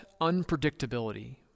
unpredictability